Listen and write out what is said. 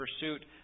pursuit